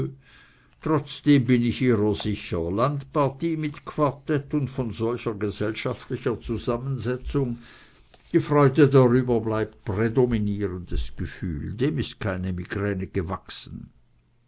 trotzdem bin ich ihrer sicher landpartie mit quartett und von solcher gesellschaftlichen zusammensetzung die freude darüber bleibt prädominierendes gefühl dem ist keine migräne gewachsen